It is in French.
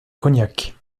cognac